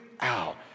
out